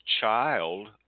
child